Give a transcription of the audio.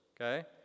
Okay